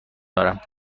دارم